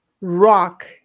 rock